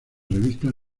revistas